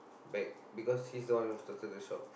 back because he's the one who started the shop